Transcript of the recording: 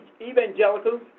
evangelicals